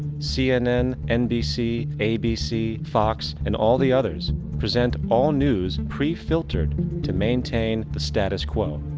cnn, nbc, abc, fox and all the others present all news pre-filtered to maintain the status quo.